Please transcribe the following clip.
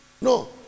no